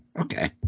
Okay